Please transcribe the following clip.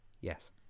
Yes